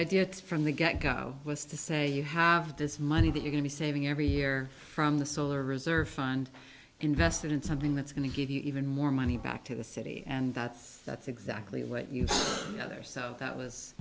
idea it's from the get go was to say you have this money that you can be saving every year from the solar reserve fund invested in something that's going to give you even more money back to the city and that's that's exactly what you've got there so that was